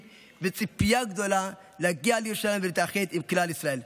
וציפייה גדולה להגיע לירושלים ולהתאחד עם כלל ישראל.